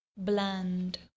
Bland